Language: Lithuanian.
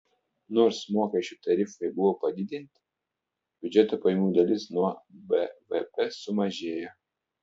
nors mokesčių tarifai buvo padidinti biudžeto pajamų dalis nuo bvp sumažėjo